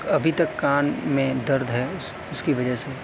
ابھی تک کان میں درد ہے اس اس کی وجہ سے